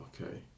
okay